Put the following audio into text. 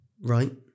Right